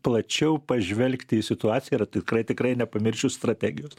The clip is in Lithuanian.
plačiau pažvelgti į situaciją yra tikrai tikrai nepamiršiu strategijos